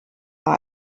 war